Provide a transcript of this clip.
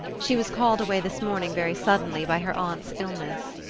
she was called away this morning very suddenly by her aunt's illness.